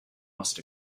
must